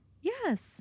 Yes